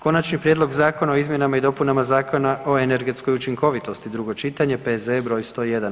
Konačni prijedlog zakona o izmjenama i dopunama Zakona o energetskoj učinkovitosti, drugo čitanje, P.Z.E. br. 101.